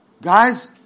Guys